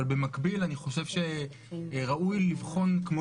אבל במקביל אני חושב שראוי לבחון כמו